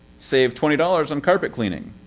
save twenty dollars on carpet cleaning.